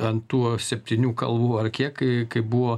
ant tų septynių kalvų ar kiek kai buvo